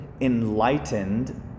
enlightened